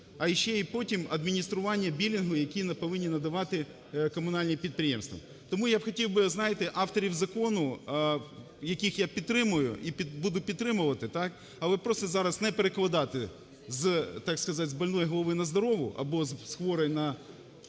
а ще й потім адміністрування білінгу, який повинні надавати комунальні підприємства. Тому я б хотів би, знаєте, авторів закону, яких я підтримую і буду підтримувати, так? Але просто зараз не перекладати з, так сказати, з больної голови на здорову або з хворої на